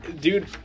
dude